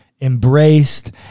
embraced